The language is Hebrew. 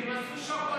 גם אסור שוקולד.